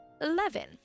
Eleven